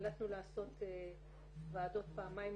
החלטנו לעשות ועדות פעמיים